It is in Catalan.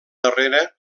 darrere